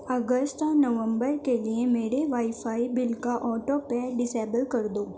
اگست اور نومبر کے لیے میرے وائی فائی بل کا آٹو پے ڈسیبل کر دو